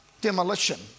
demolition